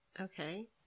Okay